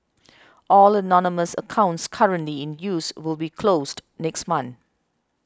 all anonymous accounts currently in use will be closed next month